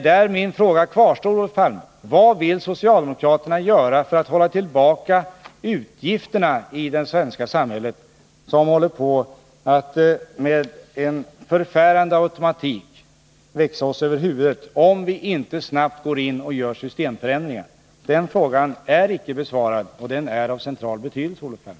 Därför kvarstår min fråga: Vad vill socialdemokraterna göra för att hålla tillbaka utgifterna i det svenska samhället — utgifter som håller på att med en förfärande automatik växa oss över huvudet, om vi inte snabbt går in och gör systemförändringar? Den frågan är icke besvarad och den är av central betydelse, Olof Palme.